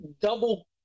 double